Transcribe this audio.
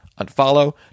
unfollow